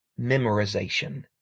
memorization